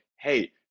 hey